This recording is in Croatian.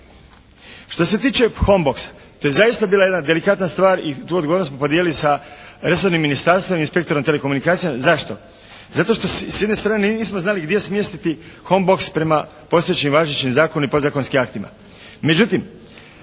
Što se tiče home boxa, to je zaista bila jedna delikatna stvar i tu odgovornost smo podijelili sa resornim ministarstvom i inspektorom telekomunikacija. Zašto? Zato što s jedne strane nismo znali gdje smjestiti home box prema postojećim važećim zakonima i podzakonskim aktima.